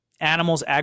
Animals